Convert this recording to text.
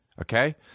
Okay